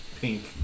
pink